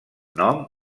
nom